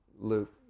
Luke